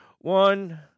one